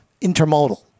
intermodal